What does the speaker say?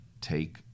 take